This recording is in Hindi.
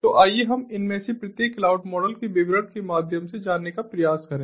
तो आइए हम इनमें से प्रत्येक क्लाउड मॉडल के विवरण के माध्यम से जानने का प्रयास करें